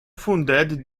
founded